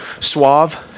suave